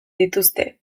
dituzte